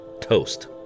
toast